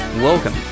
Welcome